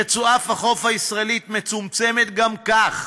רצועת החוף הישראלית מצומצמת גם כך,